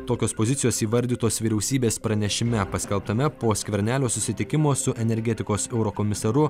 tokios pozicijos įvardytos vyriausybės pranešime paskelbtame po skvernelio susitikimo su energetikos eurokomisaru